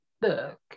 book